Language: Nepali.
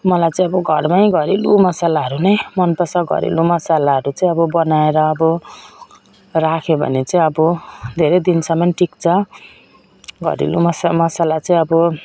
मलाई चाहिँ अब घरमै घरेलु मसालाहरू नै मन पर्छ घरेलु मसालाहरू चाहिँ बनाएर अब राख्यो भने चाहिँ अब धेरै दिनसम्म टिक्छ घरेलु मस मसला चाहिँ अब